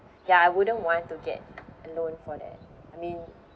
ya I wouldn't want to get a loan for that I mean